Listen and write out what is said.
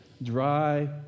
dry